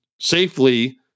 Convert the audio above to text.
safely